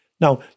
Now